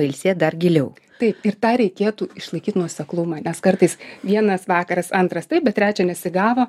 pailsėt dar giliau taip ir tą reikėtų išlaikyt nuoseklumą nes kartais vienas vakaras antras taip bet trečią nesigavo